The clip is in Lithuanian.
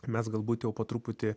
mes galbūt jau po truputį